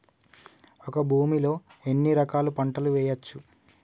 ఒక భూమి లో ఎన్ని రకాల పంటలు వేయచ్చు?